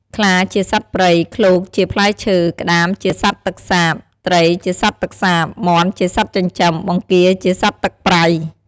ខ្លាជាសត្វព្រៃ ឃ្លោកជាផ្លែឈើ ក្តាមជាសត្វទឹកសាប ត្រីជាសត្វទឹកសាប មាន់ជាសត្វចិញ្ចឹម បង្គារជាសត្វទឹកប្រៃ។